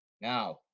Now